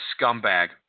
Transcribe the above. scumbag